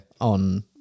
on